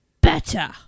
better